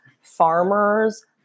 farmers